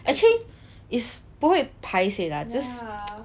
actually is 不会 paiseh lah just